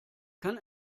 kann